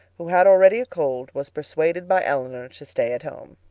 who had already a cold, was persuaded by elinor to stay at home.